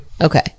Okay